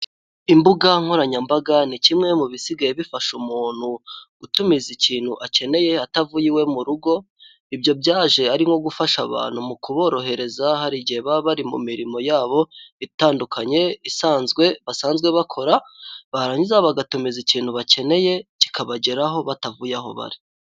Imbugankoranyambaga ni kimwe mu bisigaye bifasha umuntu gutumiza ikintu akeneye atavuye iwe mu rugo, ibyo byaje ari nko gufasha abantu mukuborohereza hari igihe baba bari mu mirimo yabo itandukanye isanzwe basanzwe bakora barangiza bagatumiza ikintu bakeneye kikabageraho batavuye aho bari.